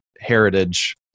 heritage